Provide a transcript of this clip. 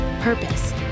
purpose